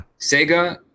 Sega